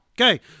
Okay